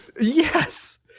Yes